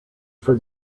for